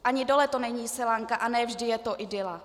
Ani dole to není selanka a ne vždy je to idyla.